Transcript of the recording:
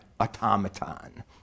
automaton